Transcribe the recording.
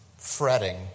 Fretting